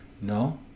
No